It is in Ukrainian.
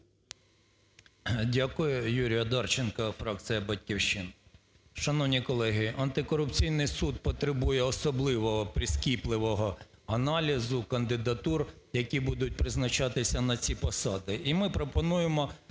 Дякую. ЮрійОдарченко, фракція "Батьківщина". Шановні колеги, антикорупційний суд потребує особливого прискіпливого аналізу кандидатур, які будуть призначатися на ці посади.